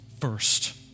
first